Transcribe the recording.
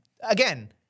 Again